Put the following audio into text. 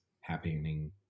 happening